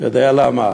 אתה יודע למה?